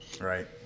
Right